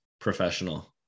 professional